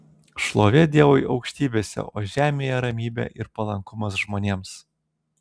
šlovė dievui aukštybėse o žemėje ramybė ir palankumas žmonėms